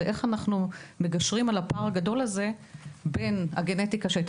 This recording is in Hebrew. ואיך אנחנו מגשרים על הפער הגדול בין הגנטיקה שהייתה